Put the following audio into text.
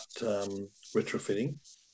retrofitting